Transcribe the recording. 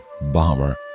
Bomber